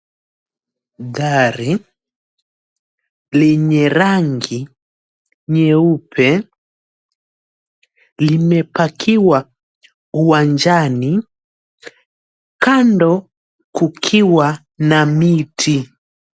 Gari lenye rangi nyeupe limepakiwa uwanjani kando kukiwa na miti.